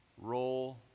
roll